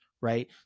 right